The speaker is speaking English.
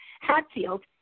Hatfield